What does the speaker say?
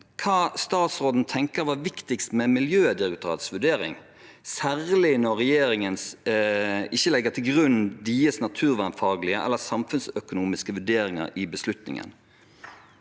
hva statsråden tenker var viktigst med Miljødirektoratets vurdering, særlig når regjeringen ikke legger deres naturvernfaglige eller samfunnsøkonomiske vurderinger til grunn i beslutningen.